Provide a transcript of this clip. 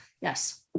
yes